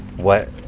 what